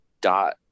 dot